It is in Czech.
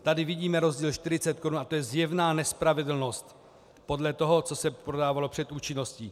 Tady vidíme rozdíl 40 korun a to je zjevná nespravedlnosti podle toho, co se prodávalo před účinností.